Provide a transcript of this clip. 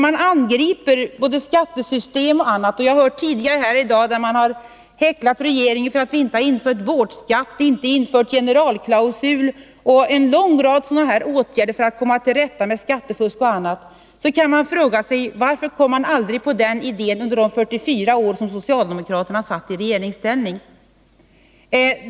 Man angriper från s-sidan skattesystem och liknande, och jag har hört tidigare här i dag att man har häcklat regeringen för att vi inte har infört båtskatt, generalklausul och en lång rad liknande åtgärder för att komma till rätta med skattefusk osv. Jag vill fråga: Varför kom man aldrig på den idén under de 44 år då socialdemokraterna satt i regeringsställning?